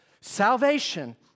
Salvation